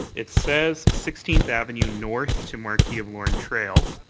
it says sixteenth avenue north to marquis of lorne trail.